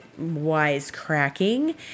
wisecracking